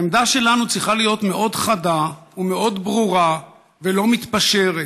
העמדה שלנו צריכה להיות מאוד חדה ומאוד ברורה ולא מתפשרת: